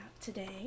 today